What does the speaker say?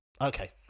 Okay